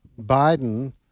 Biden